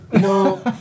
No